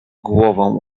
głową